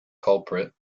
culprit